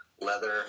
leather